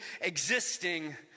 existing